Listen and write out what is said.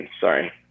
sorry